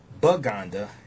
buganda